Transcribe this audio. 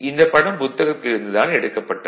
இந்தப் படம் புத்தகத்தில் இருந்து எடுக்கப்பட்டது